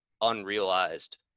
unrealized